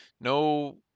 No